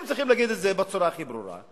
הם צריכים להגיד את זה בצורה הכי ברורה,